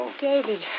David